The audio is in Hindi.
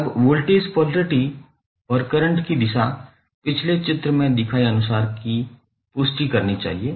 अब वोल्टेज पोलेरिटी और करंट की दिशा पिछले चित्र में दिखाए अनुसार की पुष्टि करनी चाहिए